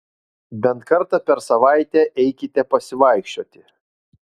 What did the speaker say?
bent kartą per savaitę eikite pasivaikščioti